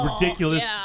ridiculous